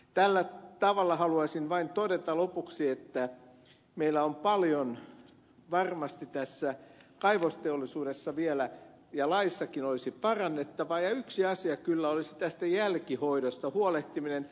tällä tavalla haluaisin vain todeta lopuksi että meillä on paljon varmasti tässä kaivosteollisuudessa vielä ja laissakin olisi parannettavaa ja yksi asia olisi tästä jälkihoidosta huolehtiminen